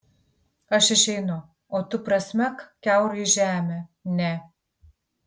aš išeinu o tu prasmek kiaurai žemę ne